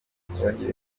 kuzagira